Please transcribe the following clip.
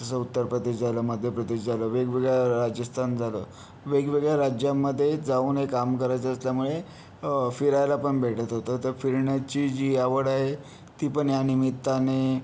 जसं उत्तर प्रदेश झालं मध्य प्रदेश झालं वेगवेगळ्या राजस्थान झालं वेगवेगळ्या राज्यांमध्ये जाऊन हे काम करायचं असल्यामुळे फिरायला पण भेटत होतं तर फिरण्याची जी आवड आहे ती पण या निमित्ताने